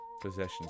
possessions